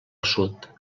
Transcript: sud